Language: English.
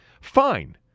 fine